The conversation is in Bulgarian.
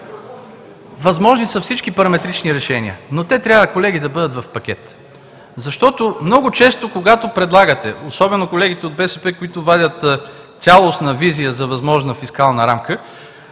Възможни са всички параметрични решения, но те трябва, колеги, да бъдат в пакет. Защото много често, когато предлагате, особено колегите от БСП, които вадят цялостна визия за възможна фискална рамка,